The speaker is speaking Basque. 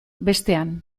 bestean